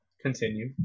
continue